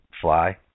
fly